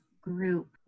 group